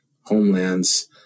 homelands